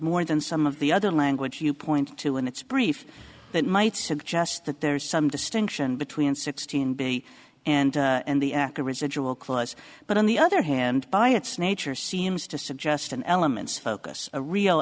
more than some of the other language you point to in its brief that might suggest that there is some distinction between sixteen b and and the aca residual clause but on the other hand by its nature seems to suggest an elements focus a real